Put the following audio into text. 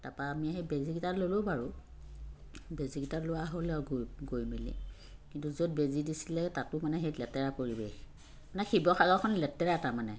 তাৰপৰা আমি সেই বেজীকেইটা ল'লোঁ বাৰু বেজিকেইটা লোৱা হ'লে আৰু গৈ গৈ মেলি কিন্তু য'ত বেজী দিছিলে তাতো মানে সেই লেতেৰা পৰিৱেশ মানে শিৱসাগৰখন লেতেৰাই তাৰমানে